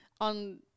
on